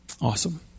Awesome